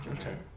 Okay